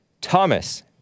Thomas